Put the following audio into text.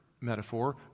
metaphor